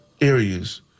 areas